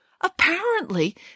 Apparently